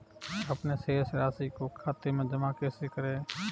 अपने शेष राशि को खाते में जमा कैसे करें?